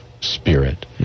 spirit